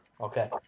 okay